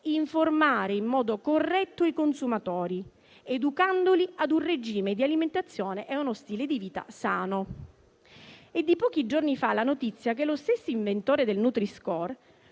informare in modo corretto i consumatori, educandoli ad un regime di alimentazione e ad uno stile di vita sano. È di pochi giorni fa la notizia che lo stesso inventore del nutri-score